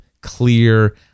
clear